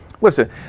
listen